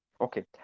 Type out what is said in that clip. Okay